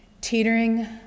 teetering